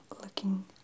looking